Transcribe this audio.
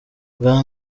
bwa